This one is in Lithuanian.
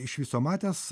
iš viso matęs